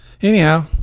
anyhow